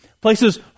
Places